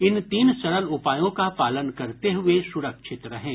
इन तीन सरल उपायों का पालन करते हुए सुरक्षित रहें